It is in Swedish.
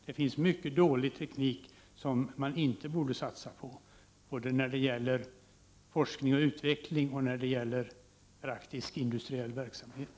Det finns mycken dålig teknik, som man inte borde satsa på, både när det gäller forskning och utveckling och när det gäller praktisk industriell verksamhet.